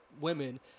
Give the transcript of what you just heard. women